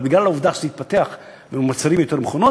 אבל בגלל העובדה שזה התפתח ומייצרים יותר מכונות,